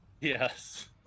Yes